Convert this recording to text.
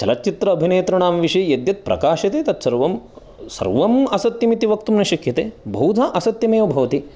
चलच्चित्र अभिनेतॄणां विषये यद्यद् प्रकाशते तत्सर्वं सर्वम् असत्यं इति वक्तुं न शक्यते बहुधा असत्यं एव भवति